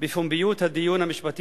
בית-משפט